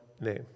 name